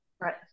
Right